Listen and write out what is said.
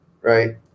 right